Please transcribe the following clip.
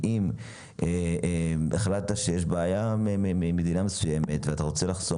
אם יש בעיה במדינה מסוימת אבל יש חוסר